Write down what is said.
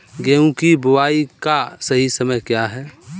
गेहूँ की बुआई का सही समय क्या है?